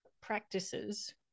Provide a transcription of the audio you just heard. practices